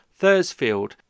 Thursfield